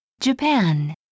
Japan